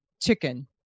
chicken